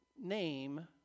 name